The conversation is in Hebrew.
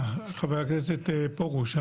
חבר הכנסת פרוש,